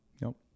Nope